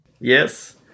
Yes